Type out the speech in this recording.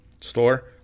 store